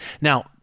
Now